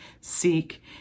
seek